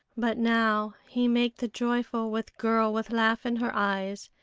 but now he make the joyful with girl with laugh in her eyes,